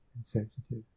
insensitive